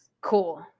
Cool